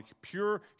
pure